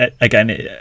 Again